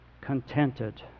Contented